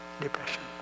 depression